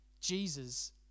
Jesus